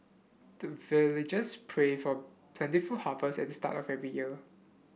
the villagers pray for plentiful harvest at the start of every year